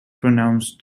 pronounced